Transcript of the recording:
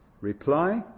Reply